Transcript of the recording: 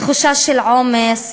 תחושה של עומס,